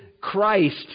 Christ